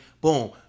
Boom